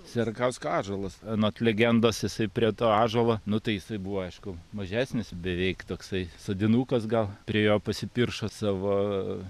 sierakausko ąžuolas anot legendos jisai prie to ąžuolo nu tai jisai buvo aišku mažesnis beveik toksai sodinukas gal prie jo pasipiršo savo